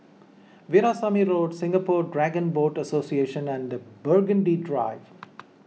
Veerasamy Road Singapore Dragon Boat Association and Burgundy Drive